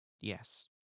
Yes